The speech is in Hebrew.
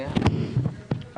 מצוין.